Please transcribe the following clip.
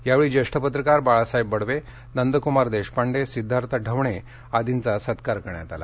यावेळी ज्येष्ठ पत्रकार बाळासाहेब बडवे नंदकुमार देशपांडे सिद्धार्थ ढवणे आदींचा सत्कार करण्यात आला